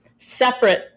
Separate